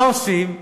מה עושים?